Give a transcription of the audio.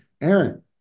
Aaron